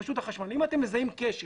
רשות החשמל: אם אתם מזהים כשל